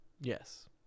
Yes